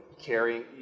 carrying